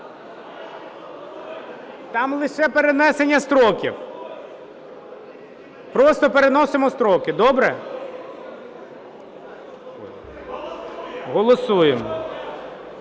Там лише перенесення строків. Просто переносимо строки – добре? Голосуємо.